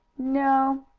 no,